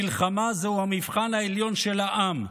מלחמה זהו המבחן העליון של העם.